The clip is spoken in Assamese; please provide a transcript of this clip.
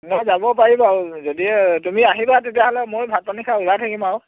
এনে যাব পাৰি বাৰু যদি তুমি আহিবা তেতিয়াহ'লে মই ভাত পানী খাই ওলাই থাকিম আৰু